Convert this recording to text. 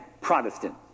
Protestant